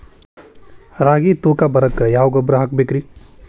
ರಾಗಿ ತೂಕ ಬರಕ್ಕ ಯಾವ ಗೊಬ್ಬರ ಹಾಕಬೇಕ್ರಿ?